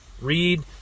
read